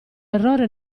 errore